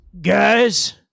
guys